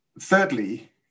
thirdly